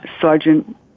Sergeant